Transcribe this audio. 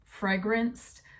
fragranced